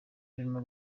birimo